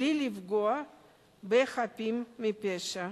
בלי לפגוע בחפים מפשע.